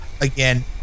again